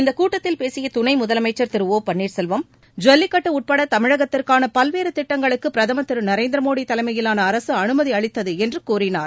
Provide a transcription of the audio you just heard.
இந்தக்கூட்டத்தில் பேசிய துணை முதலமைச்சா் திரு ஒ பன்னீர்செல்வம் ஜல்லிக்கட்டு உட்பட தமிழகத்திற்கான பல்வேறு திட்டங்களுக்கு பிரதமர் திரு நரேந்திர மோடி தலைமையிலான அரசு அனுமதி அளித்தது என்று கூறினார்